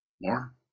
More